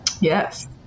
Yes